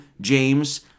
James